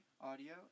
Audio